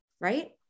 right